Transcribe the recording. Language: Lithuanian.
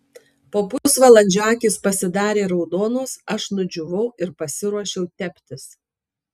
po pusvalandžio akys pasidarė raudonos aš nudžiūvau ir pasiruošiau teptis